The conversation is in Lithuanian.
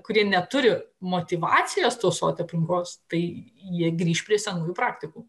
kurie neturi motyvacijos tausoti aplinkos tai jie grįš prie senųjų praktikų